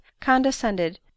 condescended